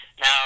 Now